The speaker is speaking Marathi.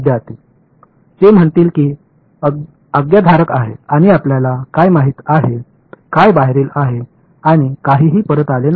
विद्यार्थीः ते म्हणतील की आज्ञाधारक आहे आणि आपल्याला काय माहित आहे काय बाहेरील आहे आणि काहीही परत आले नाही